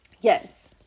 yes